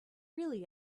really